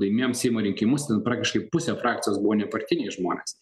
laimėjom seimo rinkimus ten praktiškai pusė frakcijos buvo nepartiniai žmonės